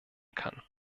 kann